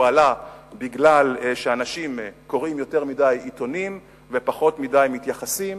הוא עלה כי אנשים קוראים יותר מדי עיתונים ופחות מדי מתייחסים